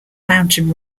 mountain